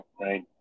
right